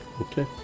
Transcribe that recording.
Okay